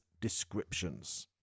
descriptions